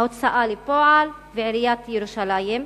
ההוצאה לפועל ועיריית ירושלים,